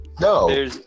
No